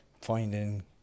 finding